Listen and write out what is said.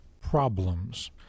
problems